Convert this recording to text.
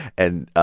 and.